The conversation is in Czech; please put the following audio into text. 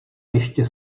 ještě